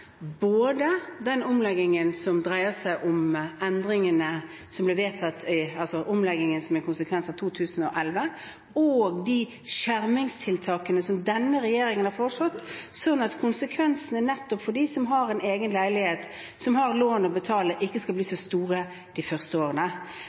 både den omleggingen som er en konsekvens av det som ble vedtatt 2011, og de skjermingstiltakene som denne regjeringen har foreslått, slik at konsekvensene nettopp for dem som har en egen leilighet, som har lån å betale, ikke skal bli